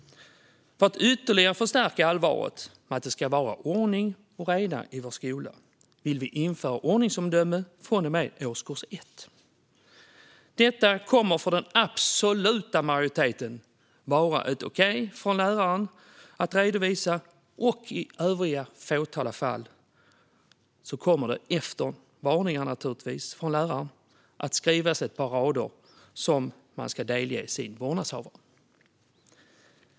För att ytterligare förstärka allvaret med att det ska vara ordning och reda i skolan vill vi införa ordningsomdöme från och med årskurs 1. Detta kommer för den absoluta majoriteten av lärarna att vara ett "okej" att redovisa. I ett fåtal övriga fall kommer det, naturligtvis efter varningar från läraren, att skrivas ett par rader som ska delges vårdnadshavaren.